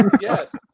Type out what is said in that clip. Yes